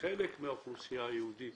לחלק מהאוכלוסייה היהודית